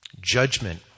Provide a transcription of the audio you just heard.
Judgment